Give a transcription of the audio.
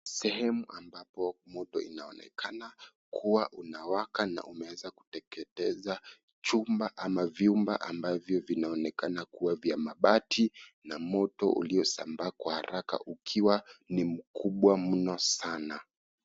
Sehemu ambapo moto inaonekana kuwa unawaka na umeanza kuteketeza chumba ama vyumba ambavyo vinaonekana kuwa vya mabati, na moto uliosambaa kwa haraka ukiwa ni mkubwa mno sana.